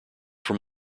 from